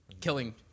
killing